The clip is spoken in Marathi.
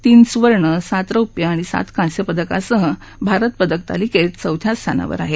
तीन सुवर्ण सात रौप्य आणि सात कांस्य पदकासह भारत पदक तालिकेत चौथ्या स्थानावर आहे